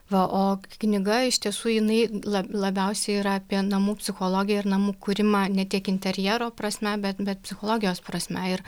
va o knyga iš tiesų jinai la labiausiai yra apie namų psichologiją ir namų kūrimą ne tiek interjero prasme bet bet psichologijos prasme ir